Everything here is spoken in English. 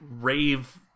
rave